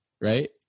Right